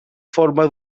forma